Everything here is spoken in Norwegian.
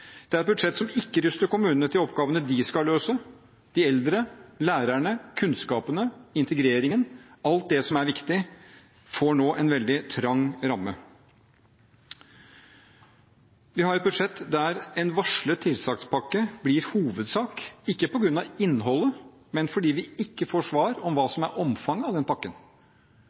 Dette er et budsjett som ikke ruster kommunene til å løse oppgavene de skal løse: De eldre, lærerne, kunnskapen, integreringen – alt det som er viktig – får nå en veldig trang ramme. Vi har et budsjett der en varslet tiltakspakke blir hovedsak – ikke på grunn av innholdet, men fordi vi ikke får svar på hva